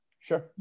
Sure